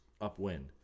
upwind